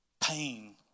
pain